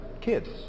kids